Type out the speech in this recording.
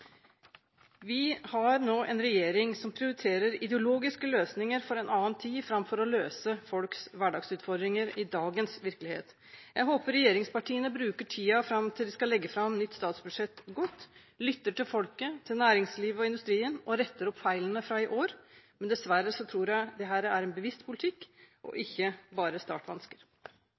Vi har nå en regjering som prioriterer ideologiske løsninger for en annen tid framfor å løse folks hverdagsutfordringer i dagens virkelighet. Jeg håper regjeringspartiene bruker tiden fram til de skal legge fram nytt statsbudsjett godt, lytter til folket, til næringslivet og industrien og retter opp feilene fra i år, men dessverre tror jeg dette er en bevisst politikk og ikke bare startvansker.